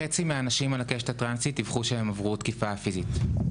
חצי מהאנשים על הקשת הטרנסית דיווחו שהם עברו תקיפה פיזית,